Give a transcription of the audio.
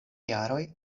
jaroj